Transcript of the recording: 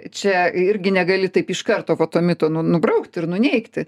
čia irgi negali taip iš karto va to mito nu nubraukt ir nuneigti